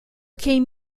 came